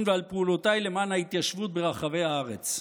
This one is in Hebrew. ועל פעולותיי למען ההתיישבות ברחבי הארץ.